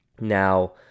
now